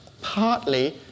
partly